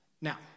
Now